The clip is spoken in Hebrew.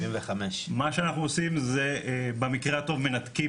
מה שאנחנו עושים זה במקרה הטוב מנתקים